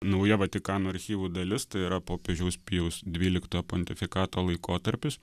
nauja vatikano archyvų dalis tai yra popiežiaus pijaus dvyliktojo pontifikato laikotarpis